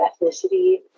ethnicity